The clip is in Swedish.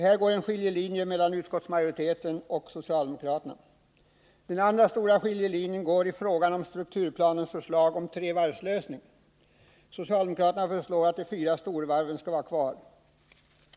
Här går en skiljelinje mellan utskottsmajoriteten och socialdemokraterna. Den andra stora skiljelinjen går i frågan om strukturplanens förslag om trevarvslösning — socialdemokraterna föreslår att alla fyra storvarven skall vara kvar.